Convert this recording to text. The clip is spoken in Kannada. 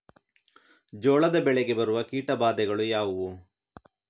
ಜೋಳದ ಬೆಳೆಗೆ ಬರುವ ಕೀಟಬಾಧೆಗಳು ಯಾವುವು?